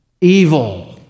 evil